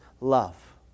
love